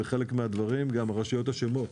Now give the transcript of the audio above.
בחלק מהדברים גם הרשויות אשמות.